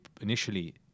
initially